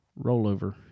rollover